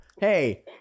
Hey